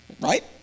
right